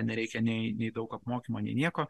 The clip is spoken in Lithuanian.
nereikia nei nei daug apmokymo nei nieko